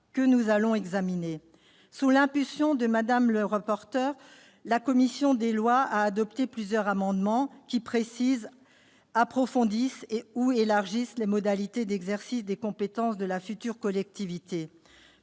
que nous allons examiner. Sous l'impulsion de Mme la rapporteure, la commission des lois a adopté plusieurs amendements visant à préciser, à approfondir ou à élargir les modalités d'exercice des compétences de la future collectivité.